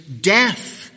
death